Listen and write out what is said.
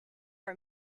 are